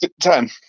Time